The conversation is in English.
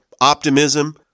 optimism